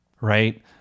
right